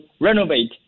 renovate